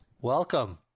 Welcome